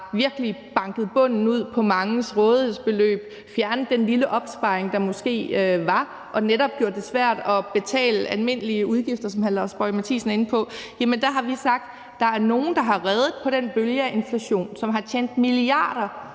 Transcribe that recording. virkelig har banket bunden ud af manges rådighedsbeløb, har fjernet den lille opsparing, der måske var, og som netop har gjort det svært at betale almindelige udgifter, som hr. Lars Boje Mathiesen er inde på, sagt, at der er nogen, der har redet på den bølge af inflation, og som har tjent milliarder